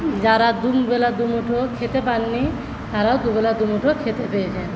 যারা দুই বেলা দুমুঠো খেতে পাননি তারাও দুবেলা দুমুঠো খেতে পেয়েছেন